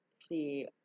see